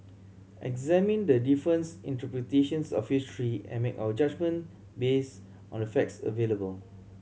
examine the difference interpretations of history and make our judgement based on the facts available